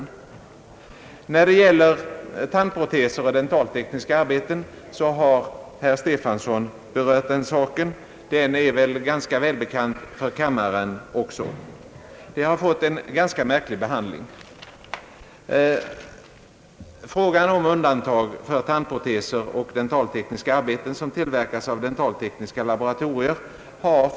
Herr Stefanson har talat om tandproteser och dentaltekniska arbeten. Frågan är väl också välbekant för kammaren. Den har fått en rätt märklig behandling. Expertutredningen uttalade förståelse för kravet på undantag för tandproteser och dentaltekniska arbeten som tillverkas av dentaltekniska laboratorier.